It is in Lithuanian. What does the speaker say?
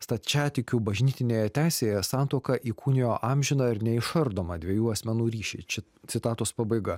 stačiatikių bažnytinėje teisėje santuoka įkūnijo amžiną ir neišardomą dviejų asmenų ryšį čia citatos pabaiga